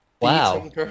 wow